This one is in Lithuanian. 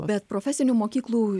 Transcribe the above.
bet profesinių mokyklų